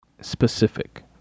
specific